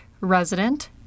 resident